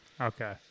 okay